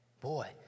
boy